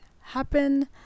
happen